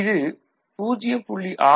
இது 0